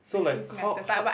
so like how how